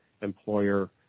employer